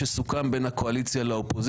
שאמורה להכשיר את האירוע הלא-קוהרנטי